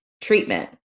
treatment